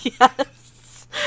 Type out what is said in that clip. Yes